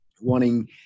wanting